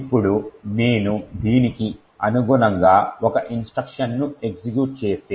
ఇప్పుడు నేను దీనికి అనుగుణంగా ఒక ఇన్స్ట్రక్షన్ను ఎగ్జిక్యూట్ చేస్తే